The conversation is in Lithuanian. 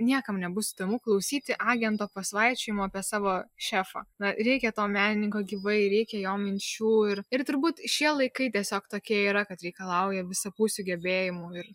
niekam nebus įdomu klausyti agento pasvaičiojimų apie savo šefą na reikia to menininko gyvai reikia jo minčių ir ir turbūt šie laikai tiesiog tokie yra kad reikalauja visapusių gebėjimų ir